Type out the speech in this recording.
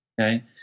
Okay